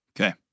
Okay